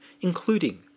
including